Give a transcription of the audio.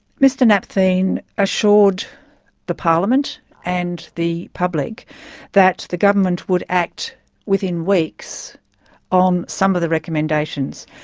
mr napthine assured the parliament and the public that the government would act within weeks on some of the recommendations.